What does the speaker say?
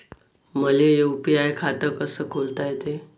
मले यू.पी.आय खातं कस खोलता येते?